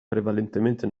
prevalentemente